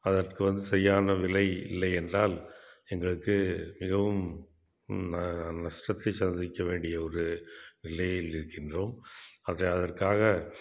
அதற்கு வந்து சரியான விலை இல்லை என்றால் எங்களுக்கு மிகவும் நஷ்டத்தை சந்திக்க வேண்டிய ஒரு நிலையில் இருக்கின்றோம் அதை அதற்காக